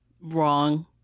Wrong